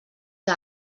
que